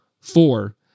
Four